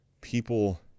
People